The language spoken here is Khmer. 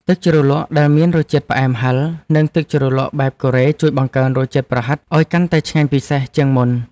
ទឹកជ្រលក់ដែលមានរសជាតិផ្អែមហឹរនិងទឹកជ្រលក់បែបកូរ៉េជួយបង្កើនរសជាតិប្រហិតឱ្យកាន់តែឆ្ងាញ់ពិសេសជាងមុន។